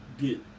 get